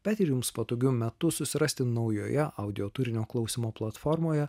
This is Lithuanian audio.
bet ir jums patogiu metu susirasti naujoje audio turinio klausymo platformoje